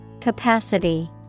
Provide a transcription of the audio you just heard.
Capacity